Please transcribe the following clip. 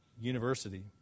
university